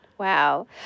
Wow